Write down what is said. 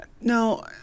no